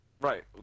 Right